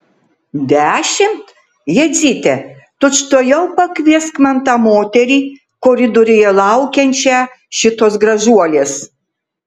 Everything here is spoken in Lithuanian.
dešimt jadzyte tučtuojau pakviesk man tą moterį koridoriuje laukiančią šitos gražuolės